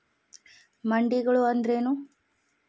ಮಂಡಿಗಳು ಅಂದ್ರೇನು?